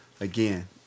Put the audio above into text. again